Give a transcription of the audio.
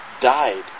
died